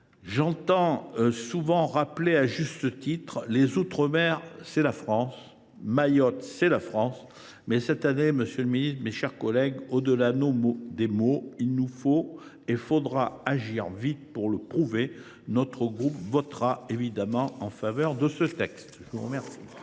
J’entends souvent rappeler, à juste titre, que les outre mer, c’est la France. Mayotte, c’est la France. Mais cette année, monsieur le ministre, mes chers collègues, au delà des mots, il nous faudra agir, et vite, pour le prouver. Notre groupe votera évidemment ce texte. La parole est